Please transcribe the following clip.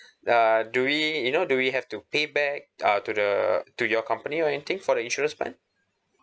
uh do we you know do we have to pay back uh to the to your company or anything for the insurance plan